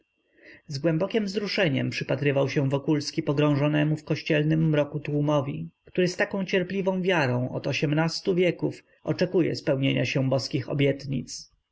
z głębokiem wzruszeniem przypatrywał się wokulski pogrążonemu w kościelnym mroku tłumowi który z tak cierpliwą wiarą od ośmnastu wieków oczekuje spełnienia się boskich obietnic